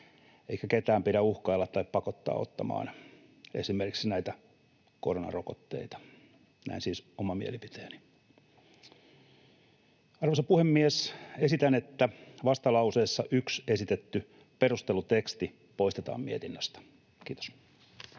eikä ketään pidä uhkailla tai pakottaa ottamaan esimerkiksi näitä koronarokotteita. Näin siis oma mielipiteeni. Arvoisa puhemies! Esitän, että vastalauseessa 1 esitetty perusteluteksti poistetaan mietinnöstä. — Kiitos.